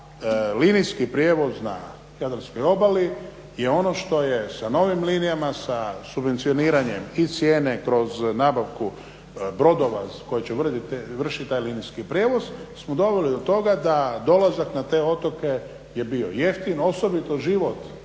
linijski prijevoz na jadranskoj obali je ono što je sa novim linijama, sa subvencioniranjem i cijene kroz nabavku brodova koji će vršiti taj linijski prijevoz smo doveli do toga da dolazak na te otoke je bio jeftin osobito život